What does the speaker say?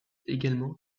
également